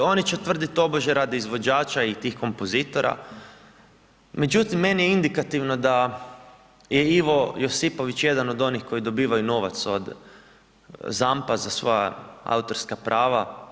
Oni će tvrdit tobože radi izvođača i tih kompozitora, međutim meni je indikativno da je Ivo Josipović jedan on onih koji dobivaju novac od ZAMP-a za svoja autorska prava.